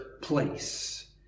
place